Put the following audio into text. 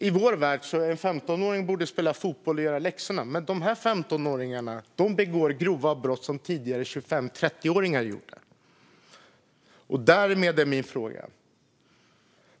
I vår värld borde en 15-åring spela fotboll och göra läxorna, men dessa 15-åringar begår grova brott som tidigare 25-30-åringar gjorde. Därmed har jag följande fråga.